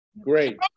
Great